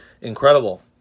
incredible